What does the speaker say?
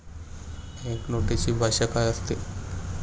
Bank नोटेची भाषा काय असते?